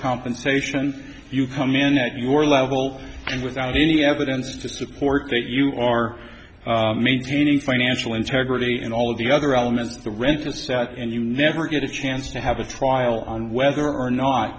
compensation if you come in at your level and without any evidence to support that you are maintaining financial integrity and all the other elements the risks of sad and you never get a chance to have a trial on whether or not